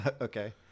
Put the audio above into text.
Okay